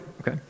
okay